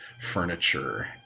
furniture